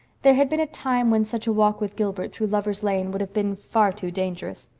there had been a time when such a walk with gilbert through lovers' lane would have been far too dangerous.